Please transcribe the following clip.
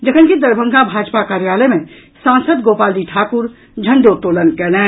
जखन कि दरभंगा भाजपा कार्यालय में सांसद गोपाल जी ठाकुर झंडोत्तोलन कयलनि